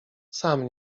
sam